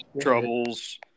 troubles